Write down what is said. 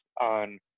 on